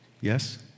yes